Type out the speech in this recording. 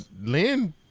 lynn